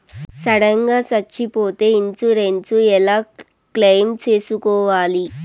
Sudden గా సచ్చిపోతే insurance ఎలా క్లెయిమ్ సేసుకోవాలి?